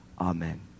Amen